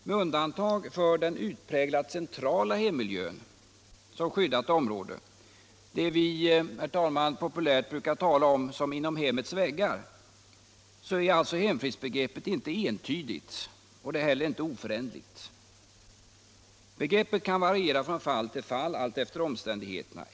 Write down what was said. Med undantag för den utpräglat centrala hemmiljön som skyddat område, det vi populärt brukar tala om som ”inom hemmets väggar”, är alltså hemfridsbegreppet inte entydigt och det är heller inte oföränderligt. Begreppet kan variera från fall till fall allt efter omständigheterna.